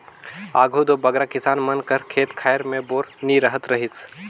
आघु दो बगरा किसान मन कर खेत खाएर मे बोर नी रहत रहिस